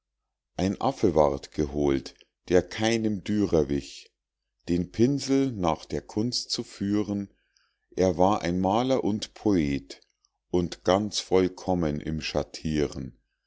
ein affe ward geholt der keinem dürer wich den pinsel nach der kunst zu führen er war ein maler und poet und ganz vollkommen im schattiren